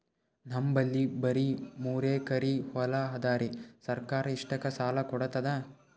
ನಮ್ ಬಲ್ಲಿ ಬರಿ ಮೂರೆಕರಿ ಹೊಲಾ ಅದರಿ, ಸರ್ಕಾರ ಇಷ್ಟಕ್ಕ ಸಾಲಾ ಕೊಡತದಾ?